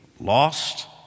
lost